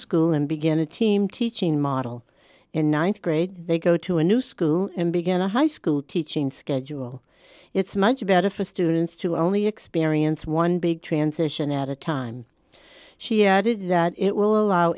school and begin a team teaching model in th grade they go to a new school and begin a high school teaching schedule it's much better for students to only experience one big transition at a time she added that it will allow